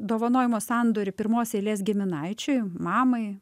dovanojimo sandorį pirmos eilės giminaičiui mamai